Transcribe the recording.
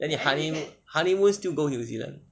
then honey~ honeymoon still go new zealand